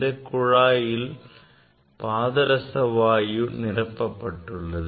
இந்த குழாயில் பாதரச வாயு நிரப்பப்பட்டுள்ளது